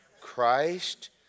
Christ